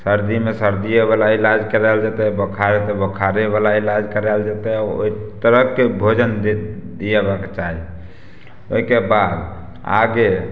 सर्दीमे सर्दियेवला इलाज करायल जेतय बोखार तऽ बोखारेवला इलाज करायल जेतय ओइ तरहके भोजन दे दिऽके चाही ओइके बाद आके